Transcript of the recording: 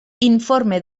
informe